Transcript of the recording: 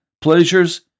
pleasures